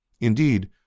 Indeed